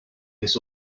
this